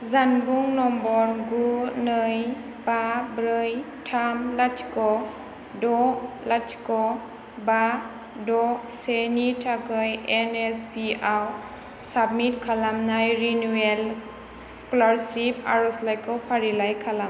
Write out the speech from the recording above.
जानबुं नम्बर गु नै बा ब्रै थाम लाथिख' द' लाथिख' बा द' से नि थाखाय एन एस पि आव साबमिट खालामनाय रिनिउयेल स्कलारसिप आरज'लाइखौ फारिलाइ खालाम